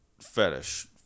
fetish